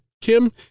Kim